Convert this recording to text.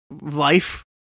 life